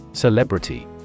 Celebrity